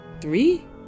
Three